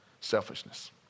selfishness